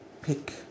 pick